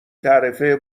تعرفه